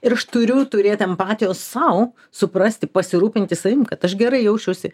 ir aš turiu turėt empatijos sau suprasti pasirūpinti savim kad aš gerai jausčiausi